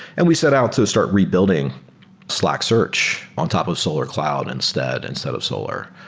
and we set out to start rebuilding slack search on top of solar cloud instead, instead of solar.